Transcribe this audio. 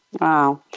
Wow